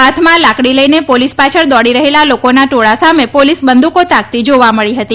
હાથમાં લાકડી લઈને પોલીસ પાછળ દોડી રહેલા લોકોના ટોળા સામે પોલીસ બંદૂકો તાકતી જાવા મળી હતી